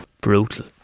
brutal